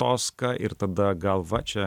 toska ir tada gal va čia